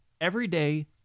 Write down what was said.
everyday